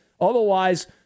Otherwise